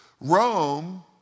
Rome